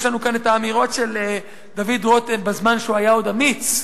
יש לנו כאן האמירות של דוד רותם בזמן שהוא היה עוד אמיץ,